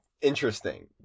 interesting